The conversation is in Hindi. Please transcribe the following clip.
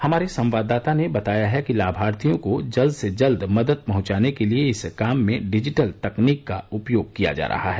हमारे संवाददाता ने बताया है कि लाभार्थियों को जल्द से जल्द मदद पहुंचाने के लिए इस काम में डिजिटल तकनीक का उपयोग किया जा रहा है